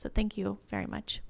so thank you very much